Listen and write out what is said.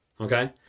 okay